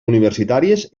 universitàries